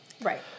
right